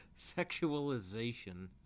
Sexualization